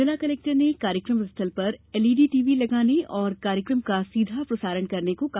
जिला कलेक्टर ने कार्यक्रम स्थल पर एलईडी टीवी लगाने और कार्यक्रम का सीधा प्रसारण करने को कहा